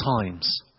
times